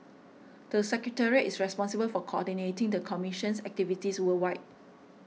the secretariat is responsible for coordinating the commission's activities worldwide